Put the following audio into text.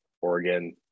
Oregon